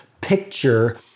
picture